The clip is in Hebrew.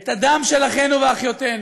את הדם של אחינו ואחיותינו.